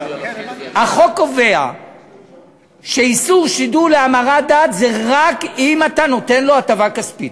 החוק קובע שאיסור שידול להמרת דת זה רק אם אתה נותן לו הטבה כספית.